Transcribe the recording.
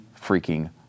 freaking